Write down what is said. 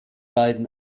beiden